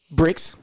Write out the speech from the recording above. bricks